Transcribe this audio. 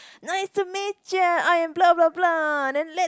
no it's a midget I am blah blah blah then let